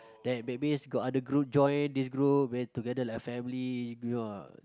that maybe got another group join this group then together like family you know ah